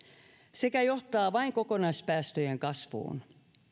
sekä johtaa vain kokonaispäästöjen kasvuun